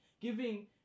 giving